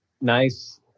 Nice